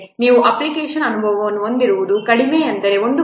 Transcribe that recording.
ನೀವು ಅಪ್ಲಿಕೇಶನ್ ಅನುಭವವನ್ನು ಹೊಂದಿರುವುದು ಕಡಿಮೆ ಅಂದರೆ 1